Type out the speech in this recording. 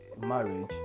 marriage